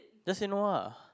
just say no ah